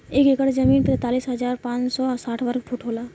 एक एकड़ जमीन तैंतालीस हजार पांच सौ साठ वर्ग फुट होला